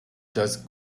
just